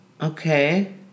Okay